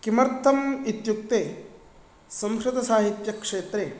किमर्थम् इत्युक्ते संस्कृतसाहित्यक्षेत्रे